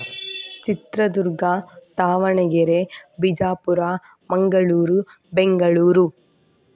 Chitradurga Davanagere Bijapur Mangaluru Bengaluru